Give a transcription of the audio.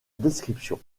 description